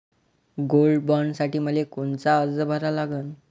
Gold बॉण्डसाठी मले कोनचा अर्ज भरा लागन?